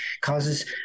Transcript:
causes